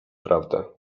prawdę